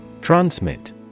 Transmit